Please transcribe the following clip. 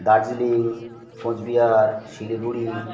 Darjeeling Cooch Behar Siliguri